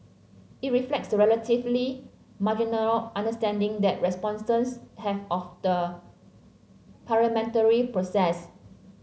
it reflects the relatively marginal understanding that respondents have of the parliamentary process